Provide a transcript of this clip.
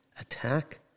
attack